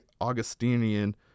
augustinian